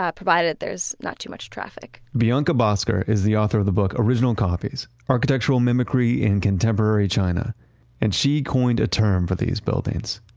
ah provided there's not too much traffic bianca bosker is the author of the book, original copies, architectural mimicry in contemporary china and she coined a term for these buildings.